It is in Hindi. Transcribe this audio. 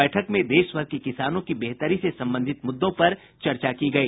बैठक में देशभर के किसानों की बेहतरी से संबंधित मुद्दों पर चर्चा की गई